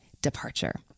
Departure